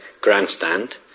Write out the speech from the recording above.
grandstand